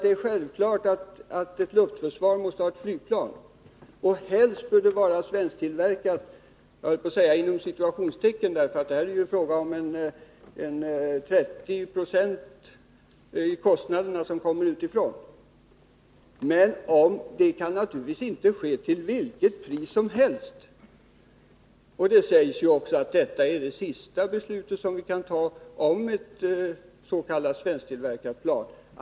Det är självklart att ett luftförsvar måste ha ett flygplan. Helst bör det vara svensktillverkat — jag höll på att säga inom citationstecken, för delar till ett värde av 30 26 av kostnaderna kommer utifrån. Men det kan naturligtvis inte ske till vilket pris som helst. Det sägs ju också att detta är det sista beslut vi kan ta om ett s.k. svensktillverkat plan.